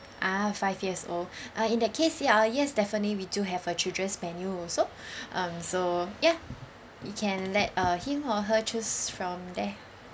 ah five years old uh in that case ya yes definitely we do have a children's menu also um so ya you can let uh him or her choose from there